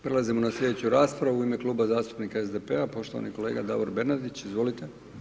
Prelazimo na slijedeću raspravu, u ime Kluba zastupnika SDP-a, poštovani kolega Davor Bernardić, izvolite.